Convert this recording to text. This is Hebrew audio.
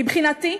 מבחינתי,